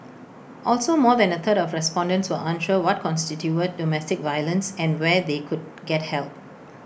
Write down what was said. also more than A third of respondents were unsure what constituted domestic violence and where they could get help